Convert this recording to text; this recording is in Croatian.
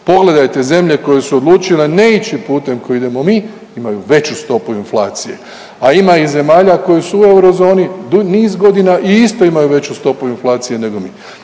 pogledajte zemlje koje su odlučile ne ići putem kojim idemo mi, imaju veću stopu inflacije, a ima i zemalja koji su u eurozoni niz godina i isto imaju veću stopu inflacije nego mi.